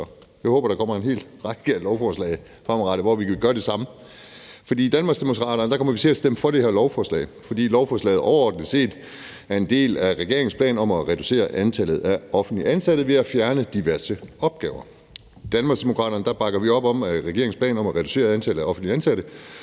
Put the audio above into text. jeg håber, der kommer en hel række af lovforslag fremadrettet, hvor vi kan gøre det samme. For i Danmarksdemokraterne kommer vi til at stemme for det her lovforslag, fordi lovforslaget overordnet set er en del af regeringens planer om at reducere antallet af offentligt ansatte ved at fjerne diverse opgaver. I Danmarksdemokraterne bakker vi op om regeringens planer om at reducere antallet af offentligt ansatte,